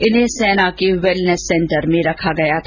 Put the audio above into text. इन्हें सेना के वेलनेस सेंटर में रखा गया था